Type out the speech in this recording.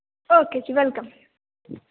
okay ਜੀ welcome